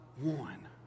one